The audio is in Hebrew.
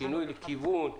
שינוי כיוון,